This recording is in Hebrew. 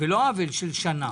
ולא עוול של שנה,